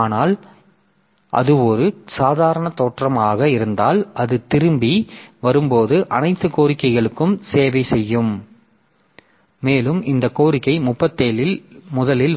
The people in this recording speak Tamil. ஆனால் அது ஒரு சாதாரண தோற்றமாக இருந்தால் அது திரும்பி வரும்போது அனைத்து கோரிக்கைகளுக்கும் சேவை செய்யும் மேலும் இந்த கோரிக்கை 37 முதலில் வரும்